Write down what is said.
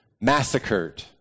massacred